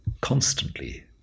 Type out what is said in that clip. constantly